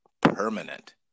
permanent